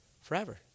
Forever